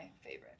favorite